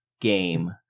game